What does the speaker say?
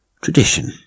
tradition